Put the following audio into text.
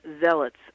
zealots